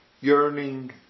yearning